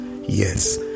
Yes